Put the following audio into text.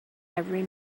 every